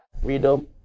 freedom